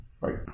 right